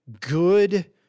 good